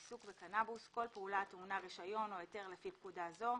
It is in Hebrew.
"עיסוק בקנאבוס" כל פעולה הטעונה רישיון או היתר לפי פקודה זו,